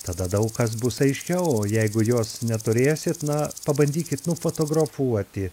tada daug kas bus aiškiau o jeigu jos neturėsit na pabandykit nufotografuoti